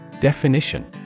Definition